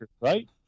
right